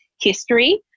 history